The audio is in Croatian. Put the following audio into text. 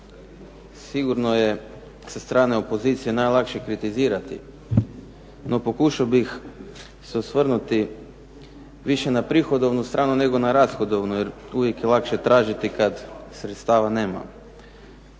Sigurno je sa strane opozicije najlakše kritizirati. No pokušao bih se osvrnuti više na prihodovnu stranu nego na rashodovnu, jer tu je uvijek lakše tražiti kada sredstava nema.